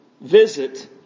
visit